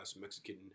Mexican